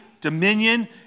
dominion